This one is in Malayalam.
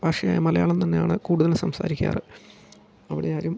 ഭാഷയായ മലയാളം തന്നെയാണ് കൂടുതൽ സംസാരിക്കാറ് അവിടെ ആരും